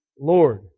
Lord